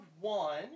one